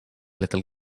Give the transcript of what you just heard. little